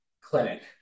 clinic